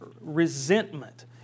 resentment